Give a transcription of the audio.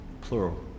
Plural